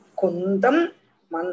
kundam